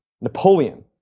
Napoleon